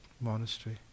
monastery